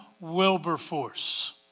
Wilberforce